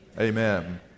amen